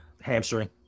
Hamstring